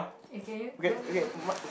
eh can you don't don't